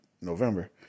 November